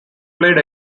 played